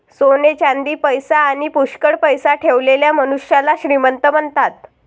सोने चांदी, पैसा आणी पुष्कळ पैसा ठेवलेल्या मनुष्याला श्रीमंत म्हणतात